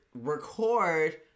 record